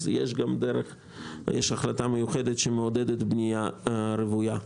יש החלטה מיוחדת שמעודדת בנייה רוויה.